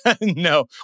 No